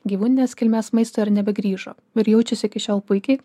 gyvūninės kilmės maisto ir nebegrįžo ir jaučiasi iki šiol puikiai